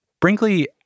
Brinkley